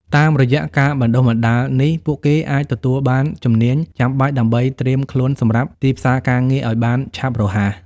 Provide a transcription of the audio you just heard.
តាមរយៈការបណ្តុះបណ្តាលនេះ ពួកគេអាចទទួលបានជំនាញចាំបាច់ដើម្បីត្រៀមខ្លួនសម្រាប់ទីផ្សារការងារឱ្យបានឆាប់រហ័ស។